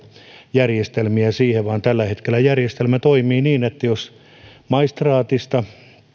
järjestelmiä siihen vaan tällä hetkellä järjestelmä toimii niin että maistraatista